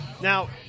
Now